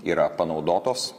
yra panaudotos